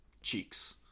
cheeks